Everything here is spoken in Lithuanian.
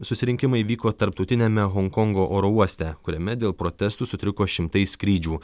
susirinkimai vyko tarptautiniame honkongo oro uoste kuriame dėl protestų sutriko šimtai skrydžių